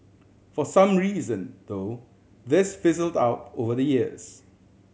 for some reason though this fizzled out over the years